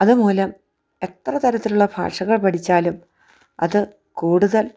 അതുമൂലം എത്ര തരത്തിലുള്ള ഭാഷകൾ പഠിച്ചാലും അത് കൂടുതൽ